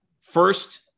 First